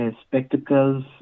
spectacles